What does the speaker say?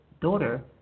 daughter